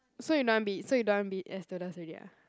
so you don't want be so you don't want be air stewardess already ah